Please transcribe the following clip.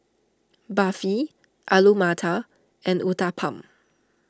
Barfi Alu Matar and Uthapam